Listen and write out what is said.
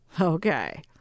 Okay